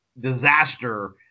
disaster